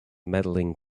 medaling